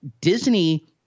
Disney